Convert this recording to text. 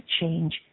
change